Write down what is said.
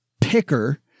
picker